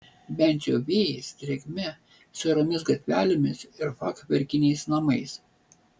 bent jau vėjais drėgme siauromis gatvelėmis ir fachverkiniais namais